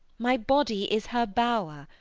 my body is her bower,